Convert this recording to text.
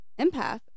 empath